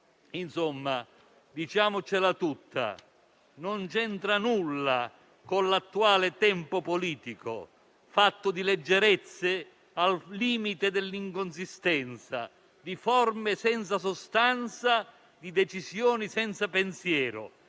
Insomma, diciamocela tutta, non c'entra nulla con l'attuale tempo politico, fatto di leggerezze al limite dell'inconsistenza, di forme senza sostanza, di decisioni senza pensiero.